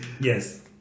Yes